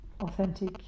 authentic